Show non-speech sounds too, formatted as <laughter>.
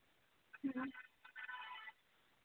<unintelligible>